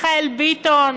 מיכאל ביטון,